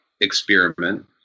experiment